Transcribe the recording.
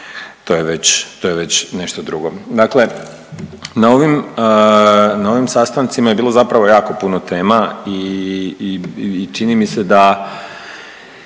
to je već nešto drugo. Dakle, na ovim sastancima je bilo zapravo jako puno tema i čini mi se da